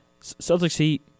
Celtics-Heat